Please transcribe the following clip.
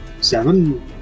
Seven